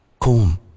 Kum